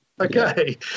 Okay